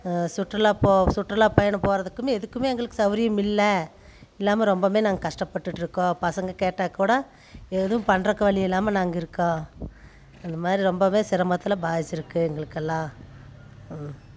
சுற்றுலா சுற்றுலா பயணம் போகிறதுக்குமே எதுக்கும் எங்களுக்கு சவுகரியம் இல்லை இல்லாமல் ரொம்பவும் நாங்கள் கஷ்டப்பட்டுட்டிருக்கோம் பசங்கள் கேட்டால் கூட ஏதும் பண்துறக்கு வழி இல்லாமல் நாங்கள் இருக்கோம் அந்த மாதிரி ரொம்பவும் சிரமத்தில் பாதித்திருக்கு எங்களுக்கெல்லாம்